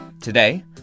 Today